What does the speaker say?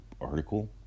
article